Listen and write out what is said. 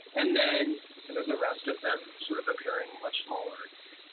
and then kind of the rest of them sort of appearing much smaller in here.